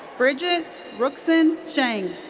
bridget ruxin zhang.